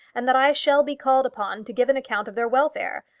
and that i shall be called upon to give an account of their welfare.